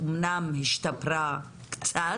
אמנם השתפרה קצת